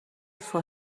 for